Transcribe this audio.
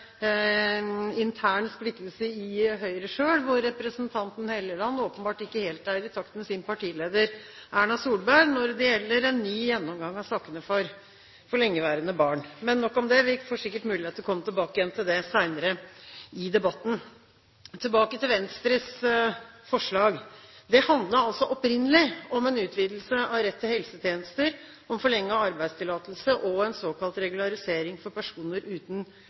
intern splittelse også i Høyre, hvor representanten Helleland åpenbart ikke er helt i takt med sin partileder Erna Solberg når det gjelder en ny gjennomgang av sakene til lengeværende barn. Men nok om det. Vi får sikkert mulighet til å komme tilbake til det senere i debatten. Tilbake til Venstres forslag: Det handlet altså opprinnelig om en utvidelse av rett til helsetjenester, om forlenget arbeidstillatelse og om en såkalt regularisering for personer uten